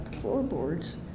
floorboards